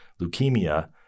leukemia